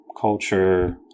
culture